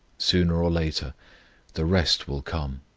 sooner or later the rest will come,